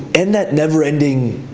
and that never ending,